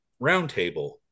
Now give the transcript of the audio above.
roundtable